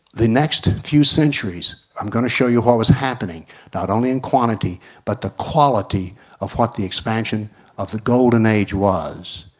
the next few centuries i'm going to show you what was happening not only in quantity but the quality of what the expansion of the golden age was.